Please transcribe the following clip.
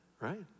right